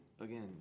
again